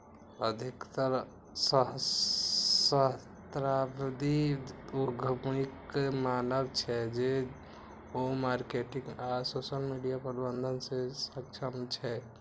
अधिकतर सहस्राब्दी उद्यमीक मानब छै, जे ओ मार्केटिंग आ सोशल मीडिया प्रबंधन मे सक्षम छै